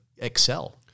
Excel